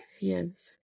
Yes